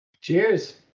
cheers